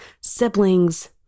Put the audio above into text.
siblings